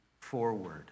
forward